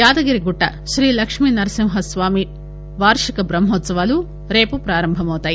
యాదగిరిగుట్ట శ్రీలక్ష్మీనరసింహస్వామి వార్షిక బ్రహ్మోత్సవాలు రేపు ప్రారంభమౌతాయి